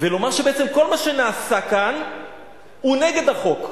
ולומר שבעצם כל מה שנעשה כאן הוא נגד החוק,